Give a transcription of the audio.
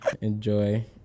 Enjoy